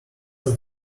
that